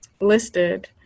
listed